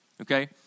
okay